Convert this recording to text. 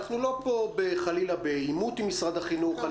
אנחנו לא פה חלילה בעימות עם משרד החינוך.